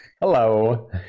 hello